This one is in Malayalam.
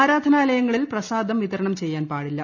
ആരാധനാലയങ്ങളിൽ പ്രസാദം വിതരണം ചെയ്യാൻ പാടില്ല